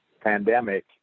pandemic